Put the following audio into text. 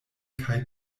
kaj